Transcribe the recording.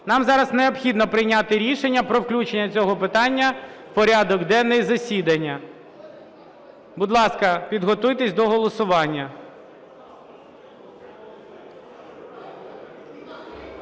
Нам зараз необхідно прийняти рішення про включення цього питання в порядок денний засідання. Будь ласка, підготуйтесь до голосування,